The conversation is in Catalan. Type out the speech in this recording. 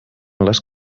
les